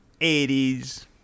80s